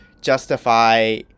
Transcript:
justify